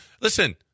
Listen